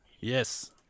Yes